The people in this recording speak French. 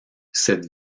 cette